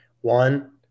one